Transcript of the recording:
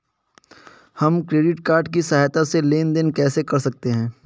हम credit card की सहायता से लेन देन कैसे कर सकते हैं?